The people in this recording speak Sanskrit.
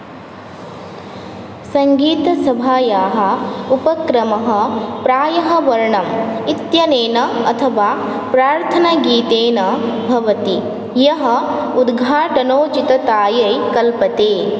सङ्गीतसभायाः उपक्रमः प्रायः वर्णम् इत्यनेन अथवा प्रार्थनगीतेन भवति यः उद्घाटनोचिततायै कल्पते